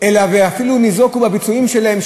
אפילו ניזוקו בביצועים שלהם.